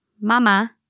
mama